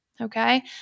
okay